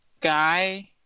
guy